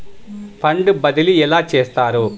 Fund బదిలీ ఎలా చేస్తారు?